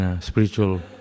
spiritual